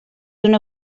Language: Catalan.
una